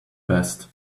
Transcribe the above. best